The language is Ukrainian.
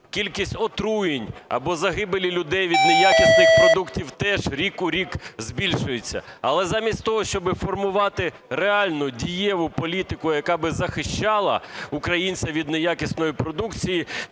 Кількість отруєнь або загибелі людей від неякісних продуктів теж рік в рік збільшується. Але замість того, щоб формувати реальну, дієву політику, яка би захищала українця від неякісної продукції,